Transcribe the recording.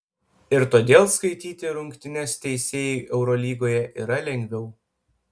ir todėl skaityti rungtynes teisėjui europoje yra lengviau